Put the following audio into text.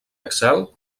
excel